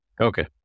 Okay